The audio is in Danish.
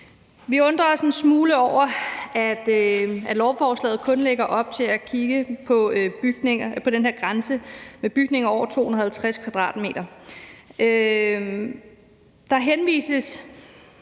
Vi undrer os en smule over, at lovforslaget kun lægger op til at kigge på bygninger, hvor der er den her grænse med bygninger over 250 m².